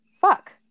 fuck